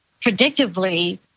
predictively